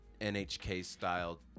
NHK-style